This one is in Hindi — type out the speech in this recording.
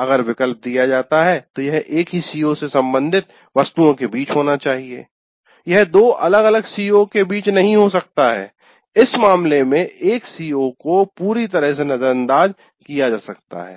अगर विकल्प दिया जाता है तो यह एक ही सीओ से संबंधित वस्तुओं के बीच होना चाहिए यह दो अलग अलग सीओ के बीच नहीं हो सकता है इस मामले में एक सीओ को पूरी तरह से नजरअंदाज किया जा सकता है